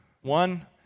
One